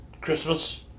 Christmas